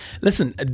Listen